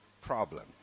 problem